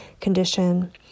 condition